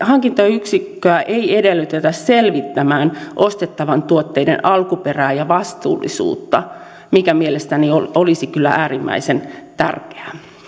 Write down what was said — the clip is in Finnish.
hankintayksikköä ei edellytetä selvittämään ostettavien tuotteiden alkuperää ja vastuullisuutta mikä mielestäni olisi kyllä äärimmäisen tärkeää